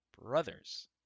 brothers